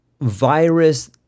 virus